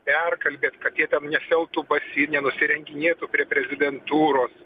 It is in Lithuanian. perkalbėt kad jie ten nesiautų basi nenusirenginėtų prie prezidentūros